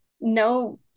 no